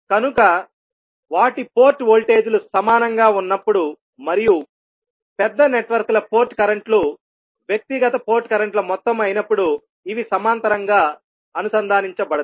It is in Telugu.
కనుక వాటి పోర్ట్ వోల్టేజ్ లు సమానంగా ఉన్నప్పుడు మరియు పెద్ద నెట్వర్క్ల పోర్ట్ కరెంట్ లు వ్యక్తిగత పోర్ట్ కరెంట్ ల మొత్తం అయినప్పుడు ఇవి సమాంతరంగా అనుసంధానించబడతాయి